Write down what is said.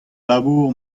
labour